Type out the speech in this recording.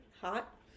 Hot